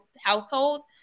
households